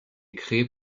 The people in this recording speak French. créé